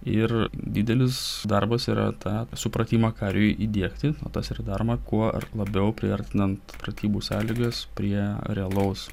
ir didelis darbas yra tą supratimą kariui įdiegti tas yra daroma kuo ar labiau priartinant pratybų sąlygas prie realaus